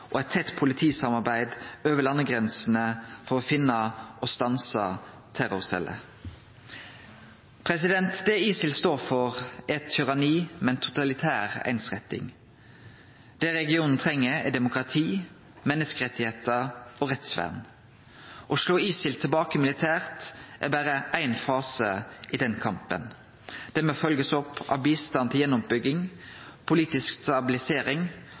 og eit tett politisamarbeid over landegrensene for å finne og stanse terrorceller. Det ISIL står for, er eit tyranni med ei totalitær einsretting. Det regionen treng, er demokrati, menneskerettar og rettsvern. Å slå ISIL tilbake militært er berre éin fase i den kampen. Det må følgjast opp av bistand til gjenoppbygging, politisk stabilisering